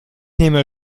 nehme